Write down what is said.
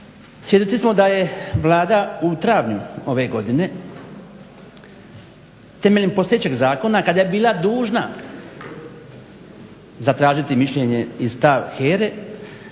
svjedoci smo da je Vlada u travnju ove godine temeljem postojećeg zakona kada je bila dužna zatražiti mišljenje i stav HERA-e